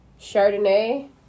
Chardonnay